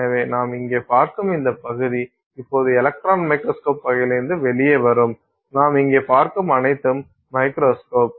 எனவே நாம் இங்கே பார்க்கும் இந்த பகுதி இப்போது எலக்ட்ரான் மைக்ரோஸ்கோப் வகையிலிருந்து வெளியே வரும் நாம் இங்கே பார்க்கும் அனைத்தும் மைக்ரோஸ்கோப்